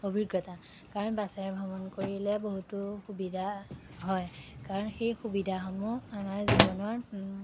অভিজ্ঞতা কাৰণ বাছেৰে ভ্ৰমণ কৰিলে বহুতো সুবিধা হয় কাৰণ সেই সুবিধাসমূহ আমাৰ জীৱনৰ